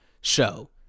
show